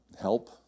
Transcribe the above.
help